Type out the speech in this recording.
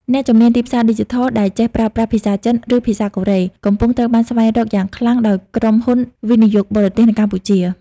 អ្នកជំនាញទីផ្សារឌីជីថលដែលចេះប្រើប្រាស់ភាសាចិន ឬភាសាកូរ៉េ កំពុងត្រូវបានស្វែងរកយ៉ាងខ្លាំងដោយក្រុមហ៊ុនវិនិយោគបរទេសនៅកម្ពុជា។